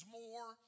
more